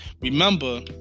Remember